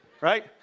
right